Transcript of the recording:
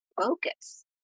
focus